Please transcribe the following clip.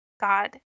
God